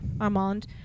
Armand